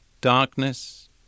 Darkness